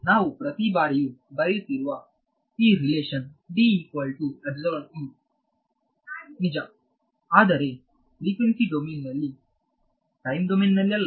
ನಾವು ಪ್ರತಿ ಬಾರಿಯೂ ಬರೆಯುತ್ತಿರುವ ಈ ರಿಲೇಶನ್ ನಿಜ ಆದರೆ ಫ್ರಿಕ್ವೆನ್ಸಿ ಡೊಮೇನ್ನಲ್ಲಿ ಟೈಮ್ ಡೊಮೇನ್ನಲ್ಲಿಲ್ಲ